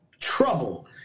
trouble